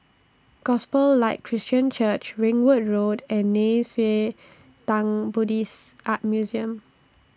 Gospel Light Christian Church Ringwood Road and Nei Xue Tang Buddhist Art Museum